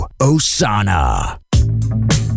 Osana